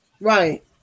right